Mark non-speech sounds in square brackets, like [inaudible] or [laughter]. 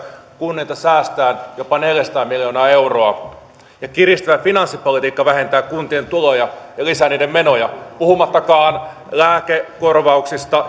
kunnilta säästetään jopa neljäsataa miljoonaa euroa ja kiristävä finanssipolitiikka vähentää kuntien tuloja ja lisää niiden menoja puhumattakaan lääkekorvauksista [unintelligible]